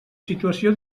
situació